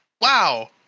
wow